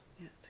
Yes